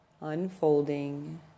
unfolding